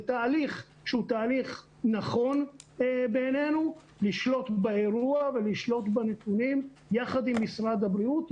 זהו תהליך נכון שמאפשר לשלוט באירוע ובנתונים יחד עם משרד הבריאות,